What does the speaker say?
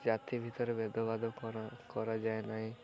ଜାତି ଭିତରେ ଭେଦବାଦ କରାଯାଏ ନାହିଁ